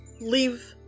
leave